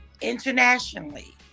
internationally